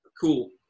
Cool